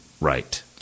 right